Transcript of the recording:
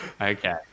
Okay